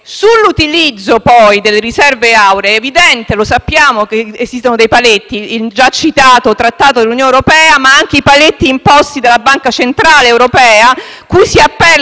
Sull'utilizzo, poi, delle riserve auree, è evidente - lo sappiamo - che esistono dei paletti: il già citato Trattato dell'Unione europea, ma anche i paletti imposti dalla Banca centrale europea, cui si appella